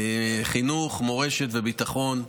חינוך, מורשת וביטחון,